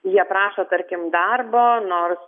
jie prašo tarkim darbo nors